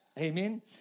Amen